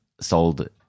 sold